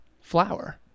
flower